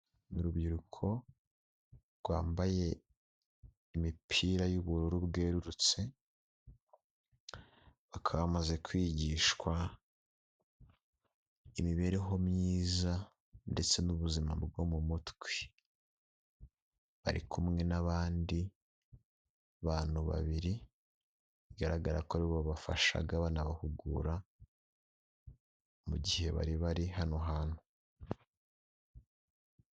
Ni urubyiruko, rwambaye imipira y'ubururu bwererutse, bakaba bamaze kwigishwa, imibereho myiza ndetse n'ubuzima bwo mu mutwe, bari kumwe n'abandi bantu babiri, bigaragara ko ari bo babafashaga banabahugura, mu gihe bari bari hano hantu.